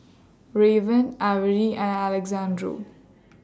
Raven Avery and Alexandro